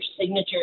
signature